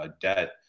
debt